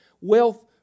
wealth